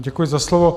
Děkuji za slovo.